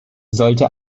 sollte